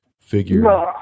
figure